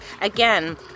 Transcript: Again